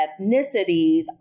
ethnicities